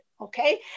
okay